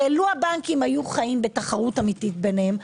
הרי לו הבנקים היו חיים בתחרות אמיתית ביניהם,